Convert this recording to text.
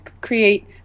create